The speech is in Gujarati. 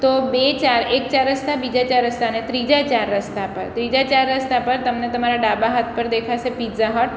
તો બે ચાર એક ચાર રસ્તા બીજા ચાર રસ્તાને ત્રીજા ચાર રસ્તા પર ત્રીજા ચાર રસ્તા પર તમને તમારા ડાબા હાથ પર દેખાશે પીઝા હટ